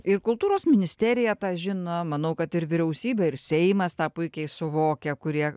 ir kultūros ministerija tą žino manau kad ir vyriausybė ir seimas tą puikiai suvokia kurie